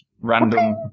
random